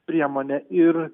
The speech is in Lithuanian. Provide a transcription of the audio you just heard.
priemonė ir